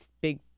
big